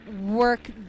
work